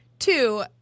Two